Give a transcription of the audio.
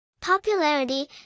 Popularity